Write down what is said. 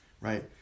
right